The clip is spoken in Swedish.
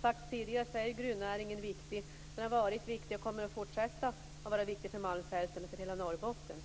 framhållits här är gruvnäringen viktig. Den har också tidigare varit viktig och kommer att fortsätta att vara det för malmfälten och för hela Norrbotten.